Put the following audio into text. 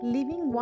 Living